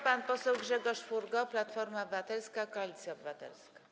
Pan poseł Grzegorz Furgo, Platforma Obywatelska - Koalicja Obywatelska.